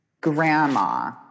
grandma